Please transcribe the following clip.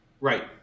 right